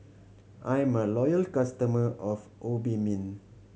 I am a loyal customer of Obimin